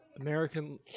American